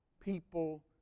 people